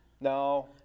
No